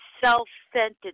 self-centered